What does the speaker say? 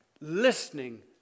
listening